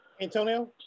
Antonio